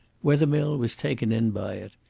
wethermill was taken in by it.